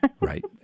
Right